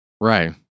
Right